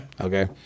okay